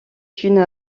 une